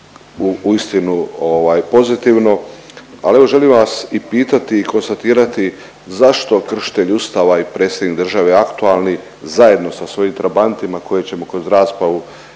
uistinu ovaj pozitivno, ali evo želim vas i pitati i konstatirati zašto kršitelj Ustava i predsjednik države aktualni zajedno sa svojim trabantima koje ćemo kroz raspravu